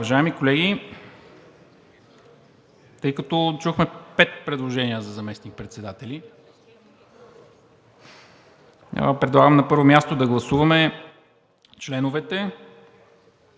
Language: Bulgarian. Уважаеми колеги, тъй като чухме пет предложения за заместник-председатели, предлагам на първо място да гласуваме членовете